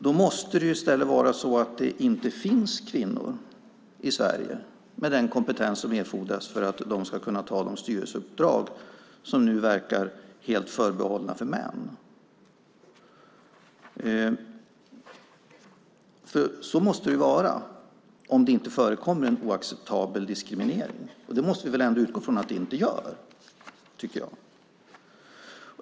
Därför måste det i stället vara så att det i Sverige inte finns kvinnor med den kompetens som erfordras för att de ska kunna ta de styrelseuppdrag som nu helt verkar vara förbehållna män. Så måste det vara om det inte förekommer en oacceptabel diskriminering, vilket vi väl ändå måste utgå från att det inte gör.